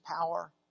power